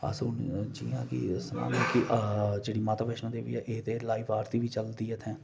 अस हून जि'यां कि माता बैष्णो देबी ऐ एहदे च ते लाइब आरती बी चलदी ऐ इत्थै